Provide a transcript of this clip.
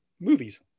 movies